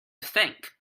think